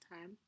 time